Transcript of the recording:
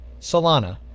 Solana